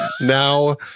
now